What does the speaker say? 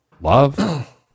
love